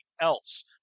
else